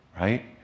right